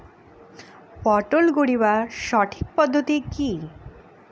পটল গারিবার সঠিক পদ্ধতি কি?